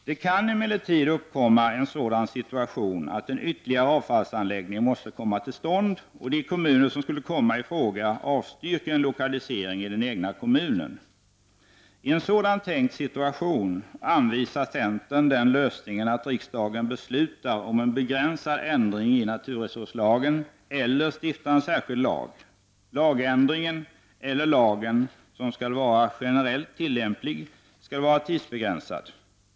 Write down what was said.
Det kan emellertid uppkomma en sådan situation att en ytterligare avfallsanläggning måste komma till stånd och att de kommuner som skulle komma i fråga avstyrker en lokalisering i den egna kommunen. I en sådan tänkt situation anvisar centern den lösningen att riksdagen beslutar om en begränsad ändring i naturresurslagen eller stiftar en särskild lag. Lagändringen eller lagen som skall vara generellt tillämplig skall vara tidsbegränsad.